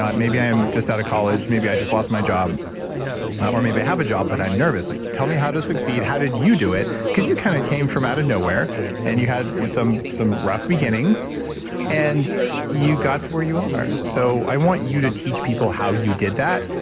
maybe i am just out of college, maybe i just lost my job or maybe i have a job, but i'm nervous. like, tell me how to succeed. how did you do it? because you kind of came from out of nowhere and you had some some rough beginnings and you got to where you are. so, i want you to teach people how you did that.